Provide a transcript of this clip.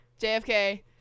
JFK